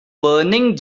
burning